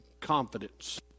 confidence